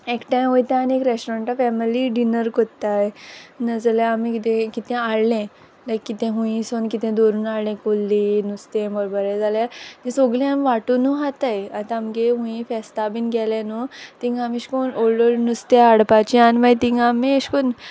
एकठांय ओयताय आनी एक रेस्टॉरंटान फेमिली डिनर कोत्ताय ना जाल्या आमी कितें कितें हाडलें लायक कितें हुंयी सोन कितें धोरून आडलें कुल्ली नुस्तें बोर बोरें जाल्यार तीं सोगलीं आमी वाटुनू हाताय आंत आमगे हुंयी फेस्ता बीन गेलें न्हूं तींग आम अेश कोन्न व्होड्ल व्होड्ल नुस्त्या हाडपाचें आनी मागी तींग आमी अेश कोन्न